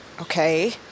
Okay